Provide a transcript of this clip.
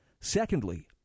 Secondly